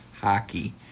hockey